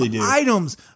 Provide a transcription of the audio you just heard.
items